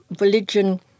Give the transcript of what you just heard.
religion